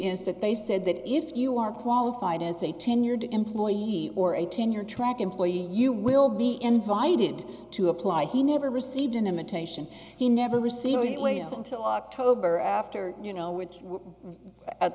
is that they said that if you are qualified as a tenured employee or a tenure track employee you will be invited to apply he never received an imitation he never received it wait until october after you know which at